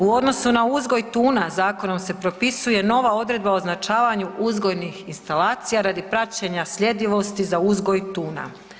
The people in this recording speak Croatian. U odnosu na uzgoj tuna zakonom se propisuje nova odredba o označavanju uzgojnih instalacija radi praćenja sljedivosti za uzgoj tuna.